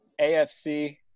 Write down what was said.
AFC